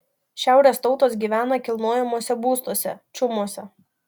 šiaurės tautos gyvena kilnojamuose būstuose čiumuose